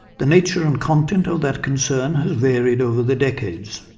the nature and content of that concern has varied over the decades